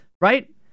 right